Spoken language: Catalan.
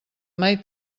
mai